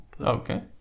Okay